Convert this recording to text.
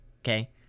okay